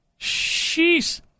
Sheesh